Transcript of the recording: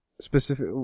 Specific